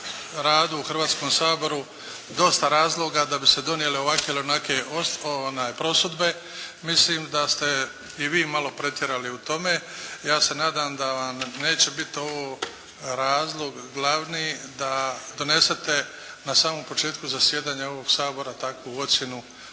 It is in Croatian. radu u Hrvatskom saboru dosta razloga da bi se donijele ovakve ili onakve prosudbe. Mislim da ste i vi malo pretjerali u tome. Ja se nadam da vam neće biti ovo razlog glavni da donesete na samom početku zasjedanja ovog Sabora takvu ocjenu